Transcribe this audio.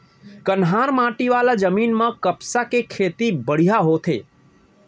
कन्हार माटी वाला जमीन म कपसा के खेती बड़िहा होथे